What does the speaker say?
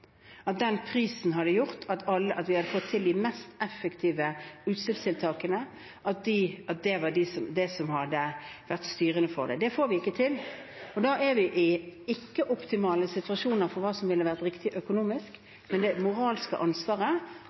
at vi hadde fått til de mest effektive utslippstiltakene – den hadde vært styrende for dette. Det får vi ikke til. Da er vi i ikke-optimale situasjoner for hva som ville vært riktig økonomisk. Men det moralske ansvaret